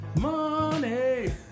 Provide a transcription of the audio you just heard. Money